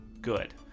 good